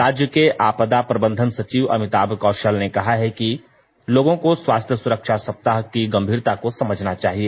राज्य के आपदा प्रबंधन सचिव अमिताभ कौषल ने कहा है कि लोगों को स्वास्थ्य सुरक्षा सप्ताह की गंभीरता को समझना चाहिए